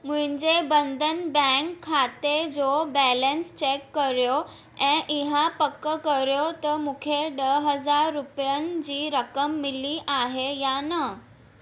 मुंहिंजे बंधन बैंक खाते जो बैलेंस चेक करियो ऐं इहा पक करियो त मूंखे ॾह हज़ार रुपयनि जी रक़म मिली आहे या न